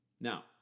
Now